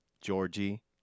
Georgie